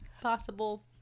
possible